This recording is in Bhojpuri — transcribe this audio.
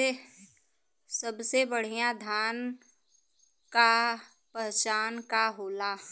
सबसे बढ़ियां धान का पहचान का होला?